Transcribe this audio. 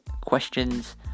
questions